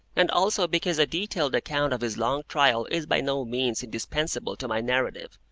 and also because a detailed account of his long trial is by no means indispensable to my narrative,